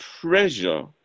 pressure